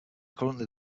currently